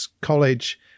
college